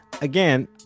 again